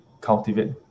cultivate